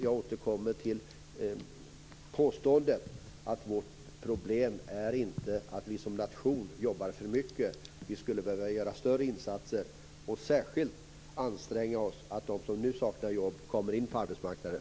Jag återkommer till det förhållandet att vårt problem inte är att vi som nation jobbar för mycket. Vi skulle behöva göra större insatser. Särskilt skulle vi behöva anstränga oss för att de som nu saknar jobb kommer in på arbetsmarknaden.